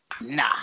nah